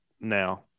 now